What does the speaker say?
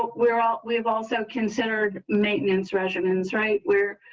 we're all we've also considered maintenance regimens right where